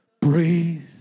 Breathe